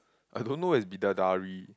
I don't know where is Bidadari